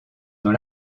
dans